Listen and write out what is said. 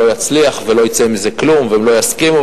אמר שזה לא יצליח ולא יצא מזה כלום ולא יסכימו.